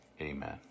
Amen